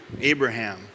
Abraham